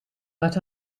but